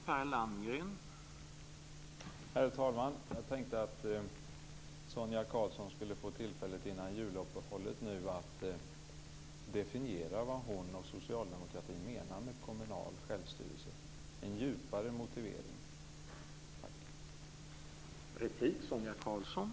Herr talman! Jag tänkte att Sonia Karlsson skulle få tillfälle innan juluppehållet att definiera vad hon och socialdemokratin menar med kommunal självstyrelse och ge en djupare motivering.